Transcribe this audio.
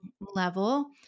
level